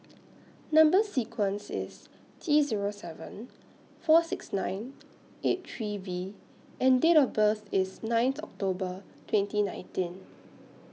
Number sequence IS T Zero seven four six nine eight three V and Date of birth IS ninth October twenty nineteen